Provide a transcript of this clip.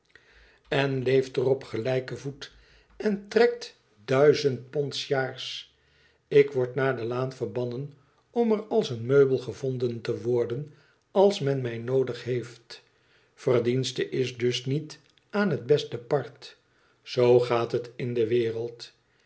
op gelijken voet en trekt duizend pond s jaars ik word naar de laan verbannen om er als een meubel gevonden te worden als men mij noodig heeft verdienste is dus niet aan het beste part zoo gaat het in de wereld